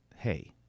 Hey